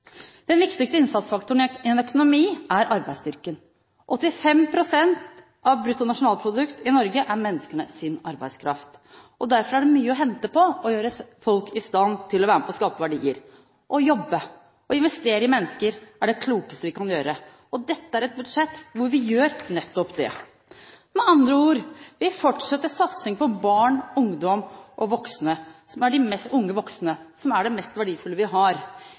Den viktigste innsatsfaktoren i en økonomi er arbeidsstyrken. 85 pst. av bruttonasjonalproduktet i Norge er menneskenes arbeidskraft. Derfor er det mye å hente ved å gjøre folk i stand til å være med på å skape verdier. Å jobbe og investere i mennesker er det klokeste vi kan gjøre, og dette er et budsjett hvor vi gjør nettopp det. Med andre ord: Vi fortsetter satsing på barn, ungdom og unge voksne, som er det mest verdifulle vi har.